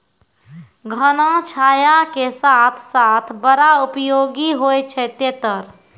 घना छाया के साथ साथ बड़ा उपयोगी होय छै तेतर